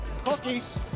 Cookies